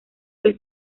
que